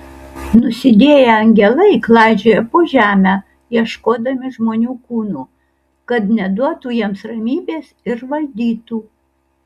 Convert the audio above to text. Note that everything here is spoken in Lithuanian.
nusidėję angelai klaidžioja po žemę ieškodami žmonių kūnų kad neduotų jiems ramybės ir valdytų